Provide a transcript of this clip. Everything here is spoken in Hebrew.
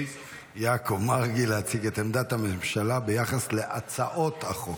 יעקב מרגי להציג את עמדת הממשלה ביחס להצעות החוק.